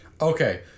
Okay